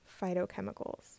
phytochemicals